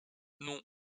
non